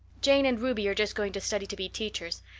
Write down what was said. jane and ruby are just going to study to be teachers.